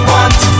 Want